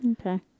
okay